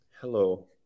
Hello